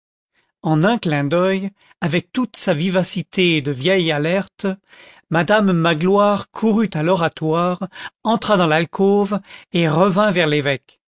en un clin d'oeil avec toute sa vivacité de vieille alerte madame magloire courut à l'oratoire entra dans l'alcôve et revint vers l'évêque